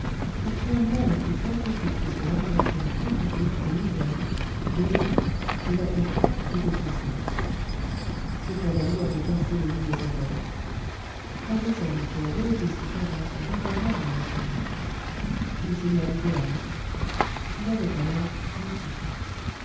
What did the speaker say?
au point même où s'entrecoupent et se rencontrent les quatre routes de nivelles de genappe de la hulpe et de bruxelles ce cavalier avait percé les lignes anglaises un des hommes qui ont relevé ce cadavre vit encore à mont-saint-jean il se nomme dehaze il avait alors dix-huit ans